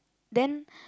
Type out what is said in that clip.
then